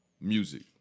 music